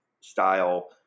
style